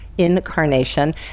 incarnation